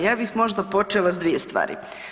Ja bih možda počela s dvije stvari.